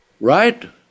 Right